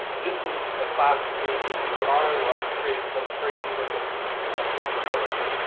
this is a classic case of user auto, where i've created some crazy-looking curve.